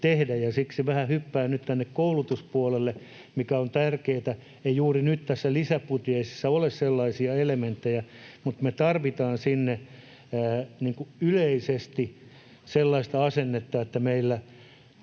siksi vähän hyppään nyt tänne koulutuspuolelle, mikä on tärkeätä. Juuri nyt tässä lisäbudjetissa ei ole sellaisia elementtejä, mutta me tarvitaan sinne yleisesti sellaista asennetta, että